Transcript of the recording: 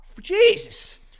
Jesus